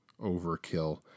overkill